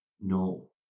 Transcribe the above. No